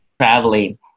Traveling